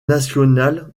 national